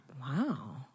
Wow